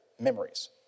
memories